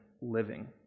living